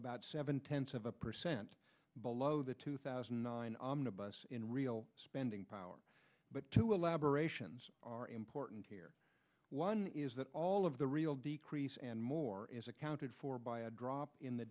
seven tenths of a percent below the two thousand and nine omnibus in real spending power but two elaborations are important here one is that all of the real decrease and more is accounted for by a drop in the